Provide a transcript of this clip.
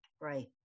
Right